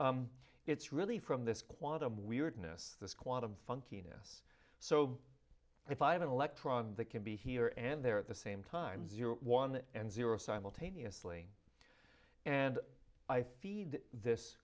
faster it's really from this quantum weirdness this quantum funkiness so if i have an electron that can be here and there at the same time zero one and zero simultaneously and i feed this